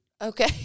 Okay